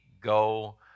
go